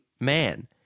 man